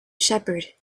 shepherd